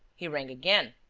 he rang again.